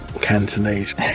Cantonese